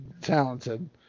talented